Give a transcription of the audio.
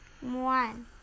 One